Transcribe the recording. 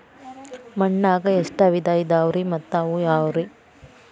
ಮಣ್ಣಾಗ ಎಷ್ಟ ವಿಧ ಇದಾವ್ರಿ ಮತ್ತ ಅವು ಯಾವ್ರೇ?